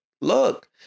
look